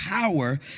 power